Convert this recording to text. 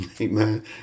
Amen